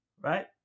right